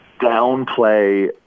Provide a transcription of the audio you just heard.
downplay